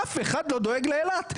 אף אחד לא דואג לאילת.